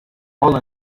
all